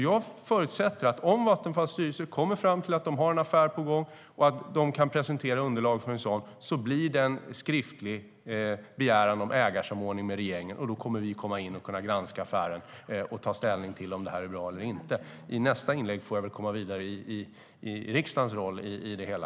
Jag förutsätter att om Vattenfalls styrelse kommer fram till att man har en affär på gång och att man kan presentera underlag för en sådan, så ska det göras en skriftlig begäran om ägarsamordning med regeringen, och då kommer vi att granska affären och ta ställning till om den är bra eller inte. I nästa inlägg ska jag ta upp riksdagens roll i det hela.